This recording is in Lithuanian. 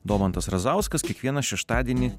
domantas razauskas kiekvieną šeštadienį